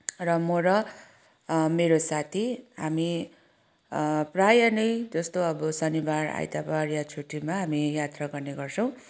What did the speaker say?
र म र मेरो साथी हामी प्राय नै त्यस्तो अब शनिवार आइतवार या छुट्टिमा हामी यात्रा गर्ने गर्छौँ